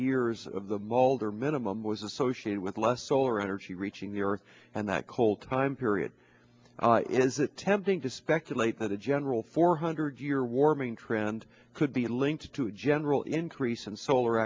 years of the boulder minimum was associated with less solar energy reaching the earth and that whole time period it is attempting to speculate that a general four hundred year warming trend could be linked to a general increase in solar